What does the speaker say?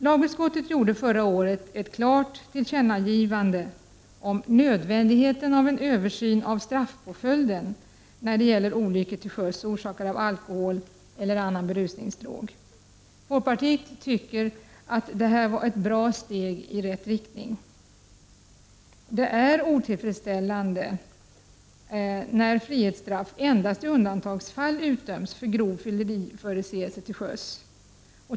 Lagutskottet gjorde förra året ett klart tillkännagivande om nödvändigheten av en översyn av straffpåföljden när det gäller olyckor till sjöss orsakade av alkoholförtäring eller annan berusningsdrog. Folkpartiet tycker att detta var ett bra steg i rätt riktning. Det är otillfredsställande när frihetsstraff endast i undantagsfall utdöms för grov fylleriförseelse till sjöss.